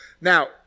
Now